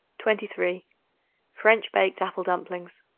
twenty three french baked apple dumplings.